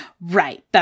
Right